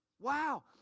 Wow